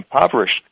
impoverished